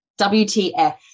WTF